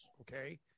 okay